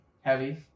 Heavy